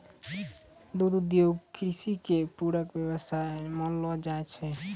दुग्ध उद्योग कृषि के पूरक व्यवसाय मानलो जाय छै